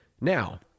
now